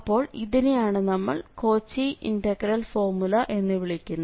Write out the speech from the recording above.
അപ്പോൾ ഇതിനെയാണ് നമ്മൾ കോച്ചി ഇന്റഗ്രൽ ഫോർമുല എന്നു വിളിക്കുന്നത്